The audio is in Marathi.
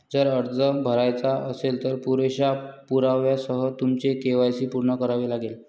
जर अर्ज भरायचा असेल, तर पुरेशा पुराव्यासह तुमचे के.वाय.सी पूर्ण करावे लागेल